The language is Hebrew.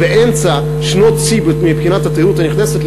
באמצע שנות שיא מבחינת התיירות הנכנסת,